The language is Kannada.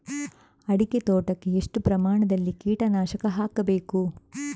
ಅಡಿಕೆ ತೋಟಕ್ಕೆ ಎಷ್ಟು ಪ್ರಮಾಣದಲ್ಲಿ ಕೀಟನಾಶಕ ಹಾಕಬೇಕು?